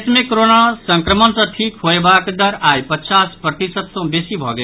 देश मे कोरोना संक्रमण सँ ठीक होयबाक दर आइ पचास प्रतिशत सँ बेसी भऽ गेल